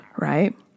right